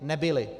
Nebyly.